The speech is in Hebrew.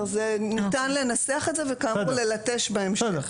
נכון, ניתן לנסח את זה וכאמור ללטש בהמשך.